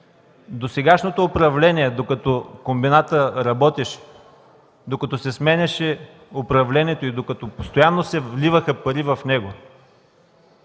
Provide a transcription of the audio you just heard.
досегашното управление, докато работеше комбинатът, докато се сменяше управлението и докато постоянно се вливаха пари в него,